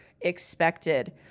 expected